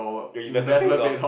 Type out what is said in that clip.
you if there's a piece of